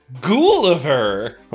Gulliver